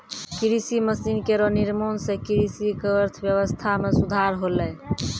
कृषि मसीन केरो निर्माण सें कृषि क अर्थव्यवस्था म सुधार होलै